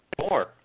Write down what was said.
more